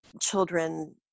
children